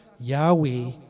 Yahweh